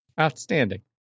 outstanding